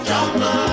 Jungle